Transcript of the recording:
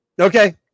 Okay